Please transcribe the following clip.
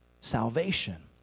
salvation